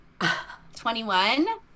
21